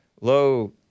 low